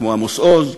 כמו עמוס עוז,